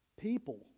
People